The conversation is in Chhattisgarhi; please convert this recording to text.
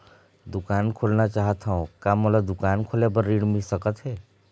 दुकान खोलना चाहत हाव, का मोला दुकान खोले बर ऋण मिल सकत हे?